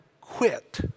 quit